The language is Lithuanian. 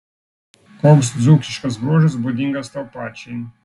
koks dzūkiškas bruožas būdingas tau pačiai